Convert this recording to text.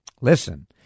Listen